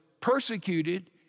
persecuted